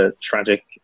tragic